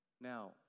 Now